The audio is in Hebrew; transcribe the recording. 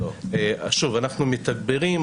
אנחנו מתגברים,